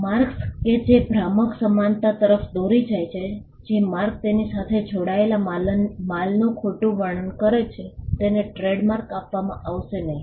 marks કે જે ભ્રામક સમાનતા તરફ દોરી જાય છે જે માર્ક તેની સાથે જોડાયેલ માલનું ખોટું વર્ણન કરે છે તેને ટ્રેડમાર્ક આપવામાં આવશે નહીં